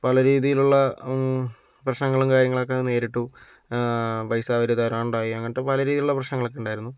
പല രീതീലുള്ള പ്രശ്നങ്ങളും കാര്യങ്ങളൊക്കെ നേരിട്ടു പൈസ അവര് തരാനുണ്ടായി അങ്ങനത്തെ പല രീതീലുള്ള പ്രശ്നങ്ങളൊക്കെയുണ്ടായിരുന്നു